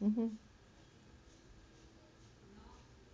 mmhmm